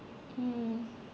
mm